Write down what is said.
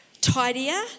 tidier